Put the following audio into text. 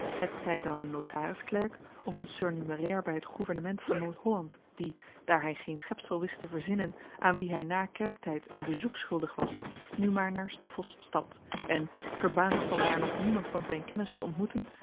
hetzij dan een notarisklerk of een surnumerair bij het gouvernement van noordholland die daar hij geen schepsel wist te verzinnen aan wien hij na kerktijd een bezoek schuldig was nu maar naar stoffels stapt en verbaasd van daar nog niemand van zijn kennis te ontmoeten